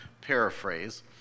paraphrase